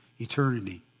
eternity